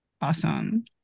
awesome